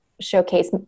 showcase